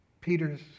Peter's